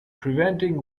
preventing